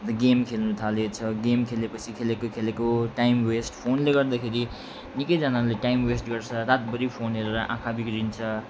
अन्त गेम खेल्नु थाल्यो छ गेम खेलेपछि खेलेको खेलेको टाइम वेस्ट फोनले गर्दाखेरि निकैजनाले टाइम वेस्ट गर्छ रातभरि फोन हेरेर आँखा बिग्रिन्छ